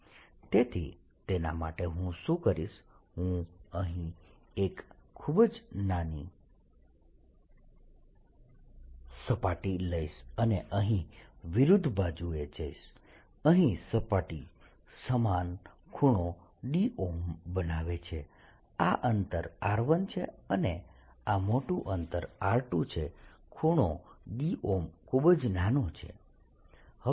તેથી તેના માટે હું શું કરીશ હું અહીં એક ખૂબ જ નાની સપાટી લઈશ અને અહીં વિરુદ્ધ બાજુએ જઈશ અહીં સપાટી સમાન ખૂણો d બનાવે છે આ અંતર r1 છે અને આ મોટુ અંતર r2 છે ખૂણો d ખૂબ જ નાનો છે